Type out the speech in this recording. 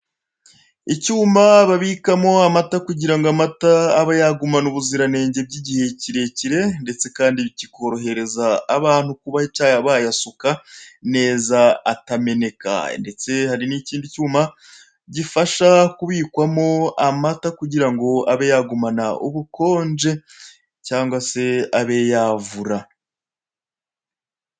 Icyuma babikamo amata kugira ngo amata abe yagumana ubuziranenge by'igihe kirekire ndetse kandi kikorohereza abantu kuba cyaba bayasuka neza atameneka ndetse hari n'ikindi cyuma, gifasha kubikwamo amata kugira ngo abe yagumana ubukonje cyangwa se abe yavura.